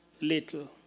little